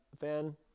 fan